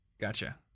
Gotcha